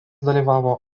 dalyvavo